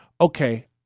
okay